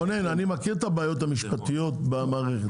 רונן, אני מכיר את הבעיות המשפטיות במערכת.